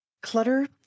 Clutter